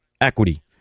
equity